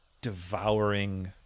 devouring